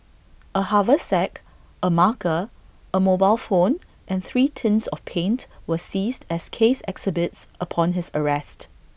A haversack A marker A mobile phone and three tins of paint were seized as case exhibits upon his arrest